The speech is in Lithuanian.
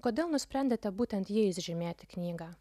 kodėl nusprendėte būtent jais žymėti knygą